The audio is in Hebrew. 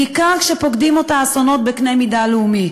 בעיקר כשפוקדים אותה אסונות בקנה מידה לאומי.